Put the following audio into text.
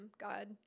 god